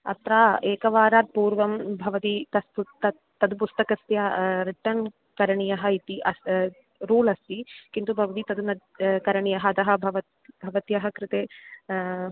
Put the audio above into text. अत्र एकवारात् पूर्वं भवती तत् पु तत् तत् पुस्तकस्य रिटर्न् करणीम् इति अस्ति रूल् अस्ति किन्तु भवती तत् न करणीयः अतः भवती भवत्याः कृते